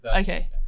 Okay